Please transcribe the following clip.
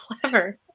clever